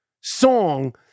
song